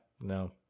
no